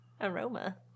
aroma